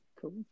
Cool